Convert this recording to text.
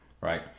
right